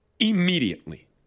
Immediately